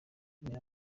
mera